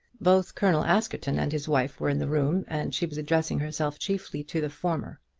both colonel askerton and his wife were in the room, and she was addressing herself chiefly to the former.